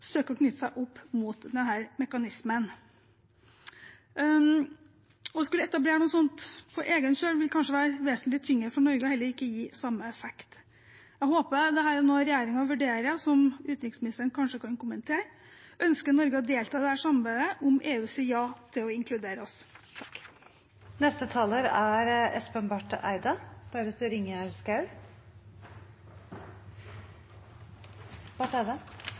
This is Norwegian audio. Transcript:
å knytte seg opp mot denne mekanismen. Å skulle etablere noe sånt på egen kjøl vil kanskje være vesentlig tyngre for Norge og heller ikke gi samme effekt. Jeg håper dette er noe regjeringen vurderer, og som utenriksministeren kanskje kan kommentere. Ønsker Norge å delta i dette samarbeidet om EU sier ja til å inkludere oss? I dag er